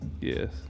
Yes